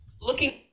Looking –